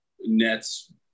Nets –